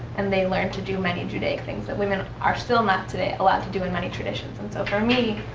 and they learned to do many judaic things that women are still not today allowed to do in many traditions. and so, for me,